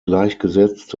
gleichgesetzt